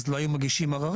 אז לא היו מגישים עררים,